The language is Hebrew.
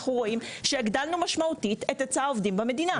אנחנו רואים שהגדלנו משמעותית את היצע העובדים במדינה.